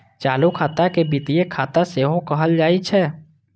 चालू खाता के वित्तीय खाता सेहो कहल जाइ छै